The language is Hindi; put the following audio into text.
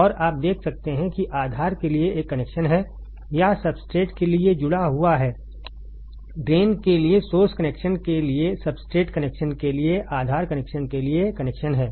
और आप देख सकते हैं कि आधार के लिए एक कनेक्शन है या सब्सट्रेट के लिए जुड़ा हुआ है ड्रेन के लिए सोर्स कनेक्शन के लिए सब्सट्रेट कनेक्शन के लिए आधार कनेक्शन के लिए कनेक्शन है